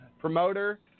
Promoter